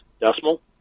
decimal